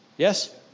Yes